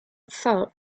thought